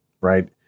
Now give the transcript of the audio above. right